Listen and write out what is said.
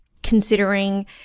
considering